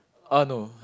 uh no